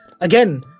Again